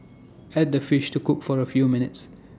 add the fish to cook for A few minutes